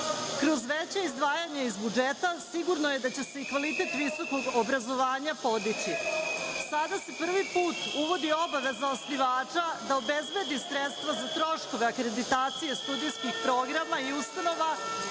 Kroz veća izdvajanja iz budžeta sigurno je da će se kvalitet visokog obrazovanja podići. Sada se prvi put uvodi obaveza osnivača da obezbedi sredstva za troškove studijskih programa i ustanova,